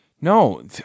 No